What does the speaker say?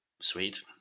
Sweet